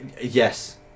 Yes